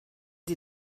sie